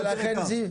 אני מבין.